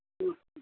ம்